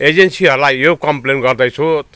एजेन्सीहरूलाई यो कम्प्लेन गर्दैछु